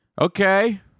Okay